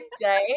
day